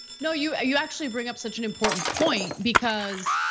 no, you you actually bring up such an important point because,